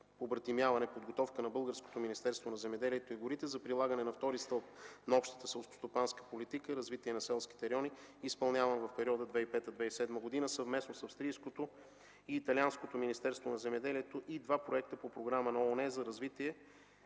на земеделието и горите за прилагане на втори стълб на общата селскостопанска политика и развитие на селските райони, изпълняван в периода 2005-2007 г.”, съвместно с австрийското и италианското Министерство на земеделието, и два проекта по програма на ООН за развитие,